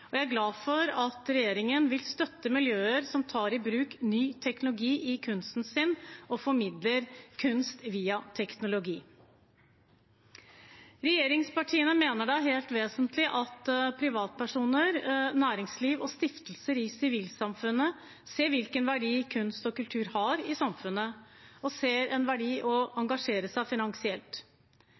og jeg er glad for at regjeringen vil støtte miljøer som tar i bruk ny teknologi i kunsten sin og formidler kunst via teknologi. Regjeringspartiene mener det er helt vesentlig at privatpersoner, næringsliv og stiftelser i sivilsamfunnet ser hvilken verdi kunst og kultur har i samfunnet, og ser en verdi i å engasjere seg finansielt.